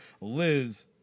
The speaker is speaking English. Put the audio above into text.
Liz